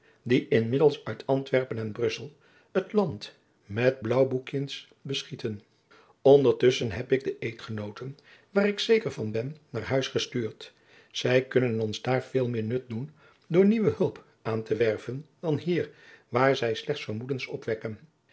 die inmiddels uit antwerpen en brussel het land met blaauwboekjens beschieten ondertusschen heb ik al de eedgenooten waar ik zeker van ben naar huis gestuurd zij kunnen ons daar veel meer nut doen door nieuwe hulp aan te werven dan hier waar zij slechts vermoedens opwekken